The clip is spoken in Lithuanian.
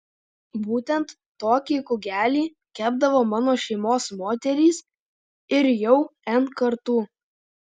būtent tokį kugelį kepdavo mano šeimos moterys ir jau n kartų